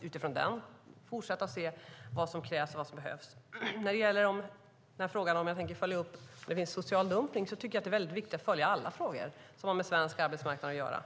vi får den - fortsätta att se vad som krävs och behövs. Jag fick en fråga om jag tänker följa upp detta med social dumpning. Jag tycker att det är viktigt att följa alla frågor som har med svensk arbetsmarknad att göra.